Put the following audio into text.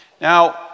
Now